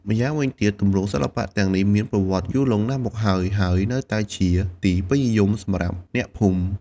ម្យ៉ាងវិញទៀត ទម្រង់សិល្បៈទាំងនេះមានប្រវត្តិយូរលង់ណាស់មកហើយ ហើយនៅតែជាទីពេញនិយមសម្រាប់អ្នកភូមិ។